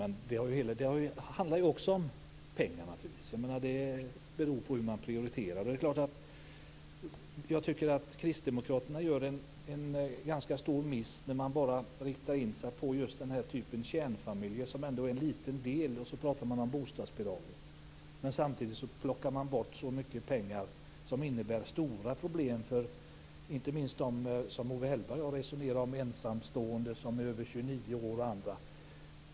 Men det handlar ju också om pengar naturligtvis. Det beror på hur man prioriterar. Jag tycker att ni Kristdemokrater gör en ganska stor miss när ni bara riktar in er på just kärnfamiljen som ändå är en liten del, och så talar ni om bostadsbidragen. Samtidigt plockar ni bort så mycket pengar att det innebär stora problem inte minst för dem som Owe Hellberg och jag har resonerat om, nämligen ensamstående över 29 år och andra.